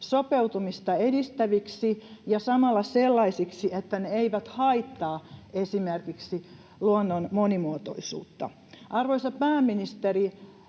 sopeutumista edistäviksi ja samalla sellaisiksi, että ne eivät haittaa esimerkiksi luonnon monimuotoisuutta. Arvoisa pääministeri,